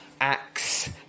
acts